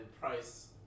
price